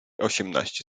osiemnaście